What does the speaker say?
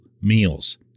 meals